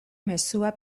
mezua